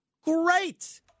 Great